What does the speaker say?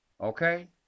okay